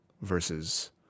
versus